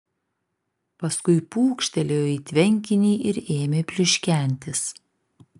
paskui pūkštelėjo į tvenkinį ir ėmė pliuškentis